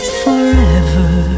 forever